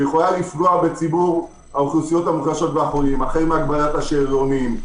שיכולה לפגוע בציבור האוכלוסיות החלשות והחולים החל מהגבלת השאלונים,